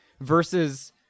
versus